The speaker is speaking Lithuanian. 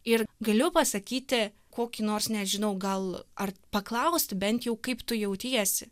ir galiu pasakyti kokį nors nežinau gal ar paklausti bent jau kaip tu jautiesi